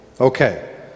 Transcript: Okay